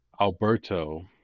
Alberto